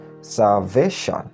salvation